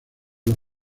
los